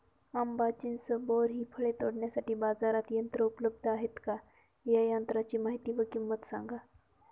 आंबा, चिंच, बोर हि फळे तोडण्यासाठी बाजारात यंत्र उपलब्ध आहेत का? या यंत्रांची माहिती व किंमत सांगा?